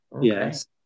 yes